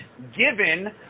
given